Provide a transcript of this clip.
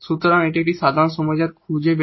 সুতরাং এর একটি সাধারণ সমাধান খুঁজে বের করুন